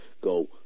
go